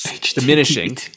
diminishing